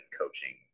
coaching